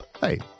Hey